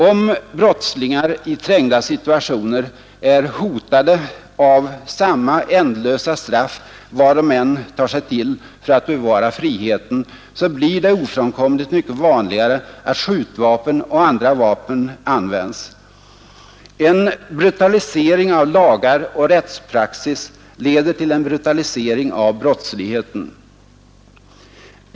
Om brottslingar i trängda situationer är hotade av samma ändlösa straff, vad de än tar sig till för att bevara friheten, blir det ofrånkomligt mycket vanligare att skjutvapen och andra vapen används. En brutalisering av lagar och rättspraxis leder till en brutalisering av brottsligheten.